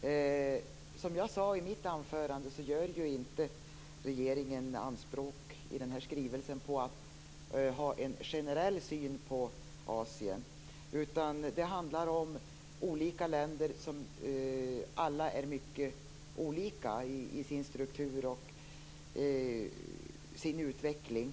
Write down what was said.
Fru talman! Som jag sade i mitt anförande gör inte regeringen i den här skrivelsen anspråk på att ha en generell syn på Asien. Det handlar om länder som alla är mycket olika i sin struktur och sin utveckling.